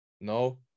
No